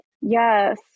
yes